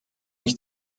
ich